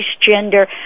gender